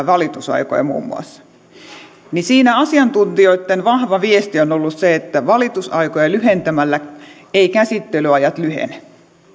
valitusaikoja muun muassa niin siinä asiantuntijoitten vahva viesti on on ollut se että valitusaikoja lyhentämällä käsittelyajat eivät lyhene